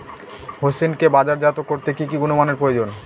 হোসেনকে বাজারজাত করতে কি কি গুণমানের প্রয়োজন?